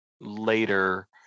later